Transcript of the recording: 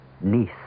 niece